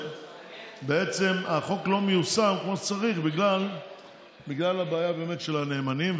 שבעצם החוק לא מיושם כמו שצריך בגלל הבעיה של הנאמנים,